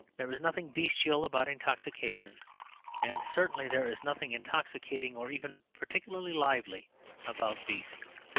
there is nothing bestial about intoxication and certainly there is nothing intoxicating or even particularly lively about beasts.